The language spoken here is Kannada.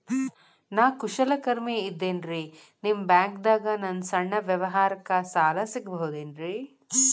ನಾ ಕುಶಲಕರ್ಮಿ ಇದ್ದೇನ್ರಿ ನಿಮ್ಮ ಬ್ಯಾಂಕ್ ದಾಗ ನನ್ನ ಸಣ್ಣ ವ್ಯವಹಾರಕ್ಕ ಸಾಲ ಸಿಗಬಹುದೇನ್ರಿ?